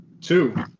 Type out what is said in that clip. Two